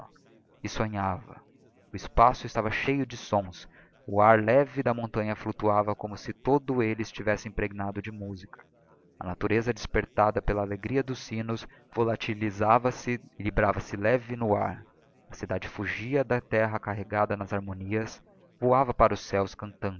e sonhava o espaço estava cheio de sons o ar leve da montanha fluctuava como si todo elle estivesse impregnado de musica a natureza despertada pela alegria dos sinos volatilisava se e librava se leve no ar a cidade fugia da terra carregada nas harmonias voava para os céos cantando